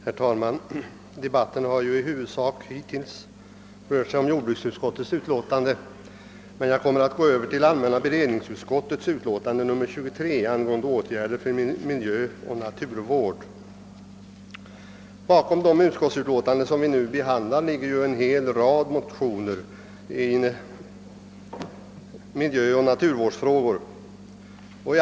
Herr talman! Debatten har i huvudsak hittills rört sig om jordbruksutskottets utlåtande nr 19, men jag kommer för min del att gå över till allmänna beredningsutskottets utlåtande nr 23 angående åtgärder för miljöoch naturvård. Bakom de önskemål som vi nu behandlar ligger en hel rad motioner i miljöoch naturvårdsfrågor.